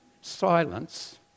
silence